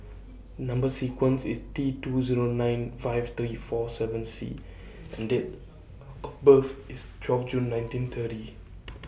Number sequence IS T two Zero nine five three four seven C and Date of of birth IS twelve June nineteen thirty